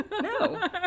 No